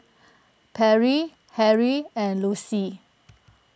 Perri Henri and Lucie